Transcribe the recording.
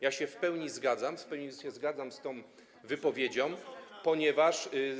Ja się w pełni zgadzam, w pełni się zgadzam z tą wypowiedzią, ponieważ.